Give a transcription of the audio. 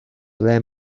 ble